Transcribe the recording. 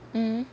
mmhmm